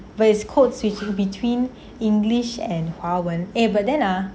but it's code switching between english and 华文 eh but then ah